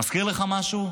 מזכיר לך משהו?